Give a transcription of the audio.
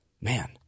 man